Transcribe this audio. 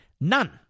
None